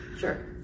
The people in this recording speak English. Sure